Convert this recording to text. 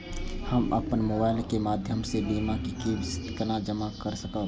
हम अपन मोबाइल के माध्यम से बीमा के किस्त के जमा कै सकब?